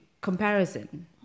comparison